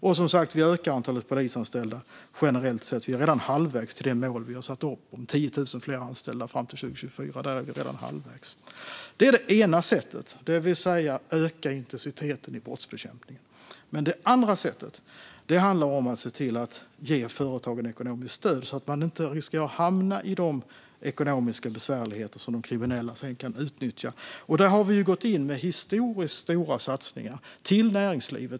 Och vi ökar som sagt antalet polisanställda generellt sett och är redan halvvägs mot det mål vi har satt upp om 10 000 fler anställda fram till 2024. Det är det ena sättet, det vill säga att öka intensiteten i brottsbekämpningen. Det andra sättet handlar om att se till att företagen ges ekonomiskt stöd så att de inte riskerar att hamna i ekonomiska besvärligheter som de kriminella sedan kan utnyttja. Där har vi gått in med historiskt stora satsningar till näringslivet.